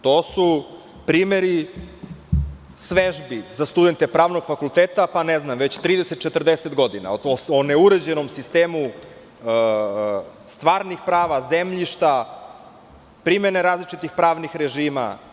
To su primeri vežbi za studente Pravnog fakulteta već nekih 30-40 godina, o neuređenom sistemu stvarnih prava, zemljišta, primene različitih pravnih režima.